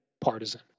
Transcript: partisan